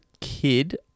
kid